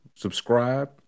subscribe